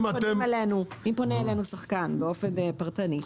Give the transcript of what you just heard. אם פונה אלינו שחקן באופן פרטני,